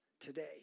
today